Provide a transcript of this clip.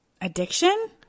Addiction